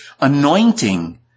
anointing